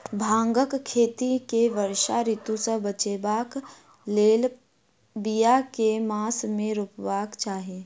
भांगक खेती केँ वर्षा ऋतु सऽ बचेबाक कऽ लेल, बिया केँ मास मे रोपबाक चाहि?